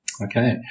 Okay